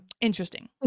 interesting